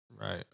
Right